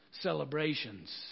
celebrations